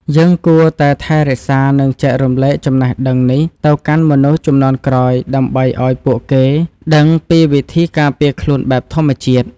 យើងគួរតែថែរក្សានិងចែករំលែកចំណេះដឹងនេះទៅកាន់មនុស្សជំនាន់ក្រោយដើម្បីឱ្យពួកគេដឹងពីវិធីការពារខ្លួនបែបធម្មជាតិ។